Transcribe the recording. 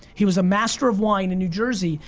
he was a master of wine in new jersey,